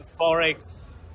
forex